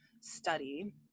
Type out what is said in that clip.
study